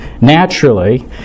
naturally